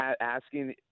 asking